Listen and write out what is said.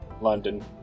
London